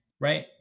right